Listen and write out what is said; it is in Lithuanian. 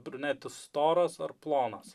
brunetis storas ar plonas